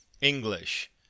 English